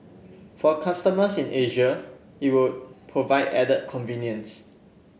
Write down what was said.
for customers in Asia it would provide added convenience